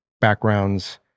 backgrounds